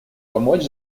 помочь